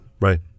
Right